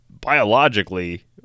biologically